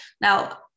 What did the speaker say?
Now